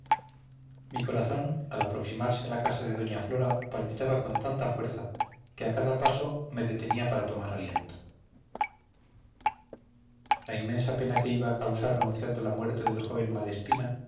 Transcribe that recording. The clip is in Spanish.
mi corazón al aproximarme a la casa de doña flora palpitaba con tanta fuerza que a cada paso me detenía para tomar aliento la inmensa pena que iba a causar anunciando la muerte del joven malespina